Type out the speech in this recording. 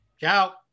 Ciao